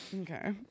Okay